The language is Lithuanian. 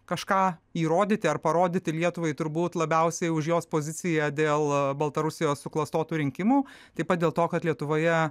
kažką įrodyti ar parodyti lietuvai turbūt labiausiai už jos poziciją dėl baltarusijos suklastotų rinkimų taip pat dėl to kad lietuvoje